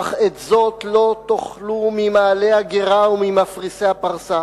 אך את זה לא תאכלו ממעלי הגרה וממפרסי הפרסה: